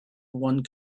one